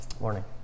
Morning